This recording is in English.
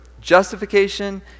justification